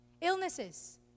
Illnesses